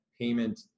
payment